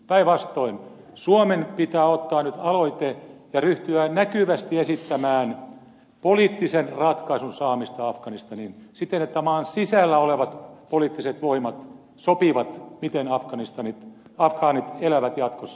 päinvastoin suomen pitää ottaa nyt aloite ja ryhtyä näkyvästi esittämään poliittisen ratkaisun saamista afganistaniin siten että maan sisällä olevat poliittiset voimat sopivat miten afgaanit elävät jatkossa